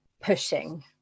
pushing